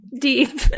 deep